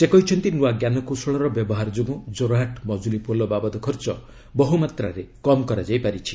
ସେ କହିଛନ୍ତି ନୂଆ ଞ୍ଜାନକୌଶଳର ବ୍ୟବହାର ଯୋଗୁଁ କୋରହାଟ୍ ମଜୁଲୀ ପୋଲ ବାବଦ ଖର୍ଚ୍ଚ ବହୁମାତ୍ରାରେ କମ୍ କରାଯାଇ ପାରିଛି